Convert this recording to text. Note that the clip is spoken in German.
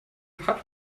fahrt